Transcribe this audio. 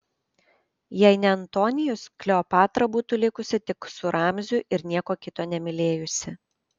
jei ne antonijus kleopatra būtų likusi tik su ramziu ir nieko kito nemylėjusi